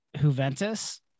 juventus